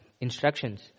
instructions